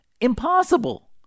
impossible